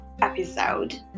episode